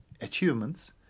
achievements